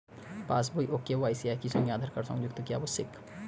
পাশ বই ও কে.ওয়াই.সি একই সঙ্গে আঁধার কার্ড সংযুক্ত কি আবশিক?